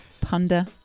ponder